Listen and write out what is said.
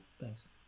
Thanks